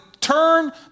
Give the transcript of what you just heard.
turn